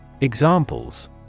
Examples